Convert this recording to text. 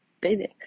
baby